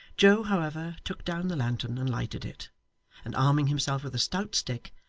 joe, however, took down the lantern and lighted it and arming himself with a stout stick,